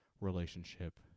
relationship